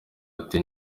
ati